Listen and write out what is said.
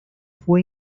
fue